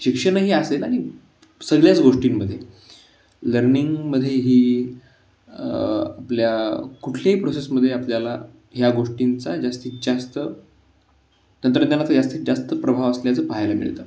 शिक्षणही असेल आणि सगळ्याच गोष्टींमध्ये लर्निंगमध्ये ही आपल्या कुठल्याही प्रोसेसमध्ये आपल्याला ह्या गोष्टींचा जास्तीत जास्त तंत्रज्ञानाचा जास्तीत जास्त प्रभाव असल्याचं पाहायला मिळतं